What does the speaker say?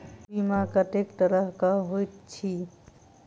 बीमा कत्तेक तरह कऽ होइत छी?